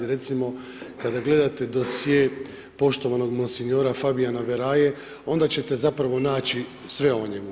Recimo kada gledate dosjee poštovanog monsignora Fabijana Veraje onda ćete zapravo naći sve o njemu.